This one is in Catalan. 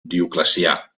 dioclecià